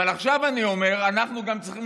אבל עכשיו אני אומר: אנחנו גם צריכים